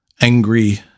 angry